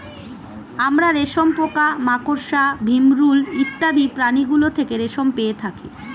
আমরা রেশম পোকা, মাকড়সা, ভিমরূল ইত্যাদি প্রাণীগুলো থেকে রেশম পেয়ে থাকি